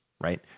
right